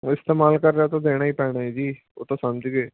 ਇਸਤੇਮਾਲ ਕਰਨਾ ਤਾਂ ਦੇਣਾ ਹੀ ਪੈਣਾ ਹੈ ਜੀ ਉਹ ਤਾਂ ਸਮਝ ਗਏ